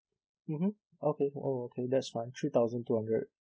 mmhmm okay oh okay that's fine three thousand two hundred